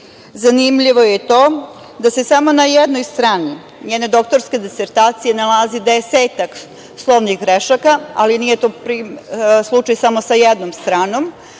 reči. Zanimljivo je i to da se samo na jednoj strani njene doktorske disertacije nalazi desetak slovnih grešaka, ali nije to slučaj samo sa jednom stranom